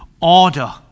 Order